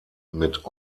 mit